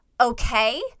okay